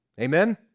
Amen